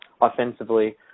offensively